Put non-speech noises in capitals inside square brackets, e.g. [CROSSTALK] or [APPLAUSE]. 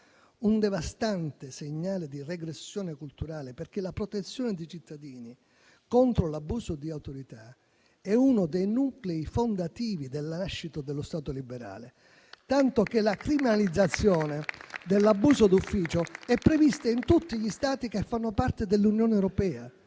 un devastante segnale di regressione culturale, perché la protezione dei cittadini contro l'abuso di autorità è uno dei nuclei fondativi della nascita dello Stato liberale, [APPLAUSE] tanto che la criminalizzazione dell'abuso d'ufficio è prevista in tutti gli Stati che fanno parte dell'Unione europea: